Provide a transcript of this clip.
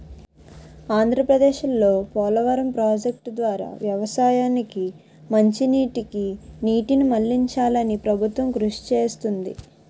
ఆంధ్రప్రదేశ్లో పోలవరం ప్రాజెక్టు ద్వారా వ్యవసాయానికి మంచినీటికి నీటిని మళ్ళించాలని ప్రభుత్వం కృషి చేస్తుంది